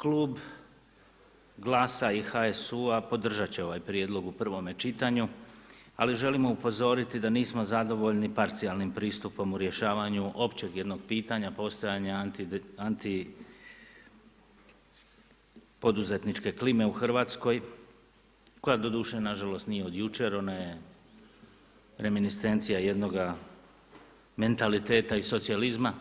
Klub GLAS-a i HSU-a podržat će ovaj prijedlog u prvome čitanju, ali želimo upozoriti da nismo zadovoljni parcijalnim pristupom u rješavanju općeg jednog pitanja postojanja antipoduzetničke klime u Hrvatskoj koja doduše nažalost nije od jučer, ona je reminiscencija jednoga mentaliteta iz socijalizma